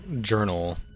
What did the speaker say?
journal